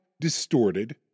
distorted